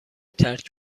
ترک